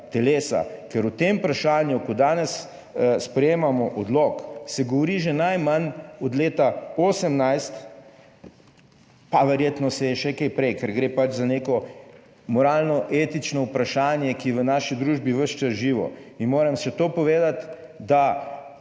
telesa, ker o tem vprašanju, ko danes sprejemamo odlok, se govori že najmanj od leta 2018 pa verjetno se je še kaj prej, ker gre pač za neko moralno etično vprašanje, ki je v naši družbi ves čas živo in moram še to povedati, da